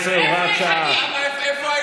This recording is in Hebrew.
איפה יש עתיד?